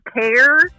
care